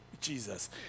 Jesus